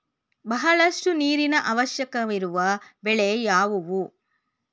ಬಹಳಷ್ಟು ನೀರಿನ ಅವಶ್ಯಕವಿರುವ ಬೆಳೆ ಯಾವುವು?